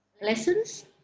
lessons